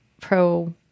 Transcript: Pro